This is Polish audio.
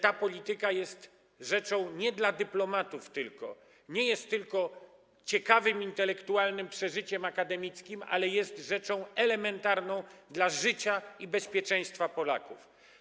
Ta polityka jest rzeczą nie tylko dla dyplomatów, nie jest tylko ciekawym, intelektualnym przeżyciem akademickim, ale też jest rzeczą elementarną dla życia i bezpieczeństwa Polaków.